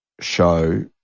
show